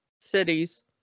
cities